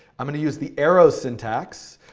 i'm going to use the arrow syntax.